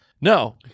No